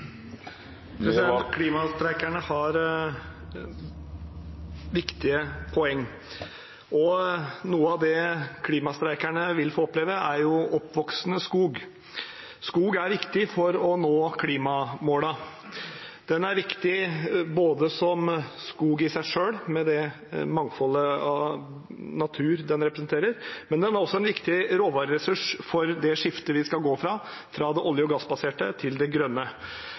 Klimastreikerne har viktige poeng. Noe av det klimastreikerne vil få oppleve, er oppvoksende skog. Skog er viktig for å nå klimamålene. Den er viktig både som skog i seg selv, med det mangfoldet av natur den representerer, men den er også en viktig råvareressurs for det skiftet vi skal igjennom, fra det olje- og gassbaserte til det grønne.